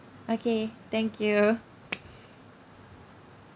okay thank you